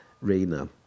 rena